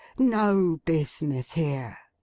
no business here